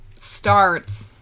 starts